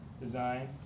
design